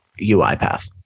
UiPath